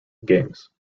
games